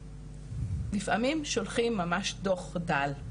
לפעמים שולחים ממש דוח דל,